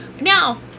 Now